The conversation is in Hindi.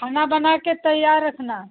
खाना बना के तैयार रखना